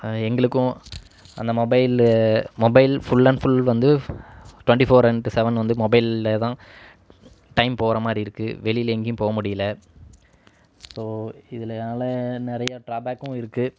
எங்களுக்கும் அந்த mobile mobile full and full வந்து டுவெண்ட்டி ஃபோர் இண்ட்டு செவன் வந்து மொபைலில் தான் டைம் போகிற மாதிரி இருக்குது வெளியில் எங்கேயும் போக முடியல ஸோ இதனால் நிறைய டிராபேக்கும் இருக்குது